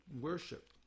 worship